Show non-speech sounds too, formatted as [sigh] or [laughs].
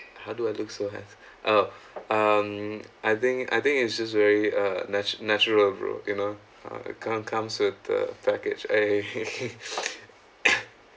how do I look so handsome uh um I think I think it's just very uh nat~ natural bro you know uh come comes with the package [laughs]